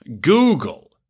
Google